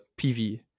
PV